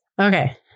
Okay